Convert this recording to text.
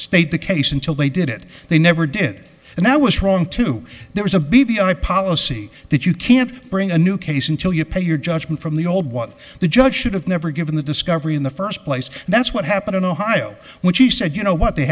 stayed the case until they did it they never did and that was wrong too there was a baby on a policy that you can't bring a new case until you pay your judgment from the old what the judge should've never given the discovery in the first place and that's what happened in ohio when she said you know what they